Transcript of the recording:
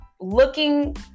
looking